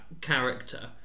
character